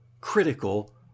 critical